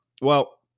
Well-